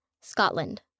Scotland